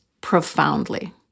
profoundly